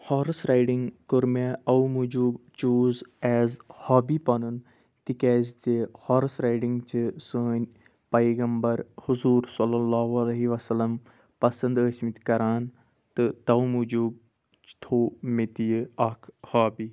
horse riding کوٚر مےٚ اَو موٗجوٗب چیٛوٗز ایز ہوابی پَنُن تِکیٛازِ تہِ ہوارٕس رایڈِنٛگ چھِ سٲنۍ پیغمبَر حضوٗر صلی اللہُ علیہِ وَسَلم پَسنٛد ٲسمٕتۍ کران تہٕ تَوے موٗجوٗب تھوٚو مےٚ تہِ یہِ اکھ ہوابی